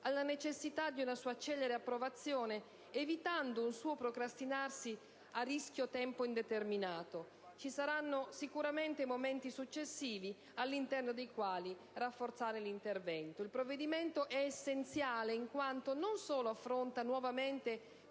alla necessità di una sua celere approvazione, evitando un suo procrastinarsi che rischierebbe di essere a tempo indeterminato. Ci saranno sicuramente momenti successivi all'interno dei quali rafforzare l'intervento. II provvedimento è essenziale in quanto non solo affronta nuovamente,